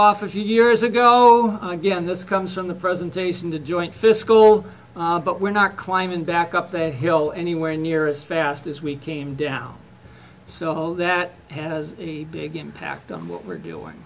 off a few years ago again this comes on the presentation the joint fiscal but we're not climbing back up the hill anywhere near as fast as we came down so the hole that has a big impact on what we're doing